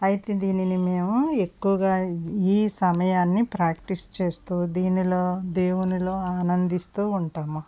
అయితే దీన్ని మేము ఎక్కువగా ఈ సమయాన్ని ప్రాక్టీస్ చేస్తూ దీనిలో దేవునిలో ఆనందిస్తూ ఉంటాము